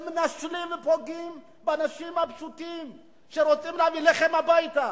שמנשלים ופוגעים באנשים הפשוטים שרוצים להביא לחם הביתה,